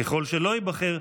ככל שלא ייבחר,